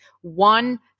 one